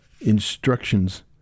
instructions